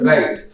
Right